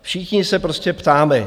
Všichni se prostě ptáme.